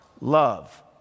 love